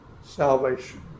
salvation